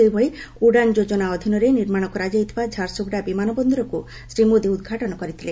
ସେହିଭଳି ଉଡ଼ାନ୍ ଯୋଜନା ଅଧୀନରେ ନିର୍ମାଣ କରାଯାଇଥିବା ଝାରସୁଗୁଡ଼ା ବିମାନ ବନ୍ଦରକୁ ଶ୍ରୀ ମୋଦି ଉଦ୍ଘାଟନ କରିଥିଲେ